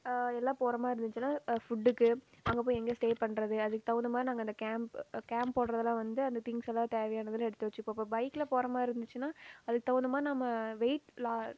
எல்லாம் போகிற மாதிரி இருந்துச்சுன்னா ஃபுட்டுக்கு அங்கே போய் எங்கே ஸ்டே பண்ணுறது அதுக்கு தகுந்த மாதிரி நாங்கள் அந்த கேம்ப் கேம்ப் போடுறதுலாம் வந்து அந்த திங்க்ஸ் எல்லாம் தேவையானதெலாம் எடுத்து வைச்சிப்போம் இப்போ பைக்கில் போகிற மாதிரி இருந்துச்சுன்னா அதுக்கு தகுந்த மாதிரி நம்ம வெயிட்லாம்